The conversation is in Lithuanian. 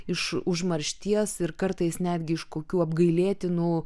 iš užmaršties ir kartais netgi iš kokių apgailėtinų